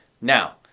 Now